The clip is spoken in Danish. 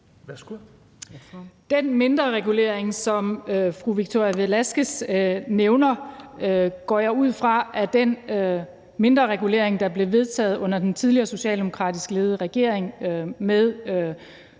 Den mindreregulering, som fru Victoria Velasquez nævner, går jeg ud fra er den mindreregulering, der blev vedtaget under den tidligere socialdemokratisk ledede regering med